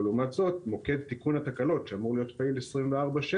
אבל לעומת זאת מוקד תיקון התקלות שאמור להיות פעיל 24/7,